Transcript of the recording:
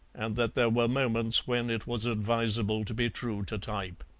and that there were moments when it was advisable to be true to type.